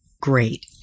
Great